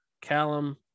Callum